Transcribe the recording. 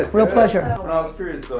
ah real pleasure. i was curious,